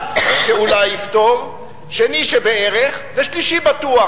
אחד שאולי יפתור, שני שבערך ושלישי בטוח.